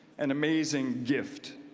an amazing gift.